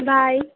bye